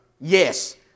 Yes